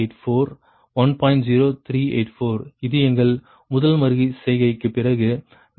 0384 இது எங்கள் முதல் மறு செய்கைக்கு பிறகு V2 1